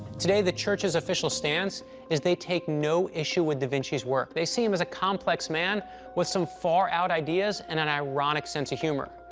today the church's official stance is they take no issue with da vinci's work. they see him as a complex man with some far-out ideas and an ironic sense of humor.